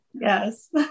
yes